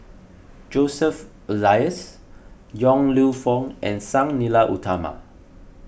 Joseph Elias Yong Lew Foong and Sang Nila Utama